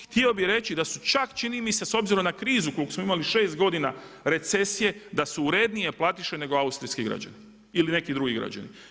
Htio bih reći da su čak čini mi se s obzirom na krizu koliko smo imali 6 godina recesije da su urednije platiše nego austrijski građani ili neki drugi građani.